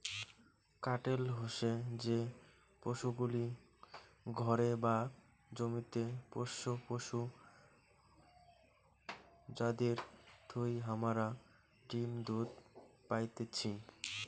কাটেল হসে যে পশুগুলি ঘরে বা জমিতে পোষ্য পশু যাদির থুই হামারা ডিম দুধ পাইতেছি